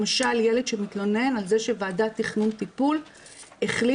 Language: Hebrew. למשל ילד שמתלונן על זה שוועדת תכנון טיפול החליטה